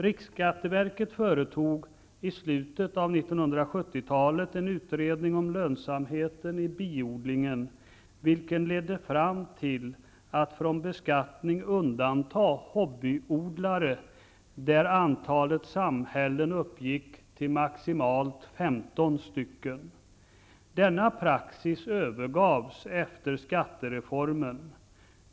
Riksskatteverket företog i slutet av 1970-talet en utredning om lönsamheten i biodlingen, vilken ledde till förslaget att från beskattning undanta hobbyodlare om antalet samhällen uppgick till maximalt 15 stycken. Denna praxis övergavs efter skattereformen.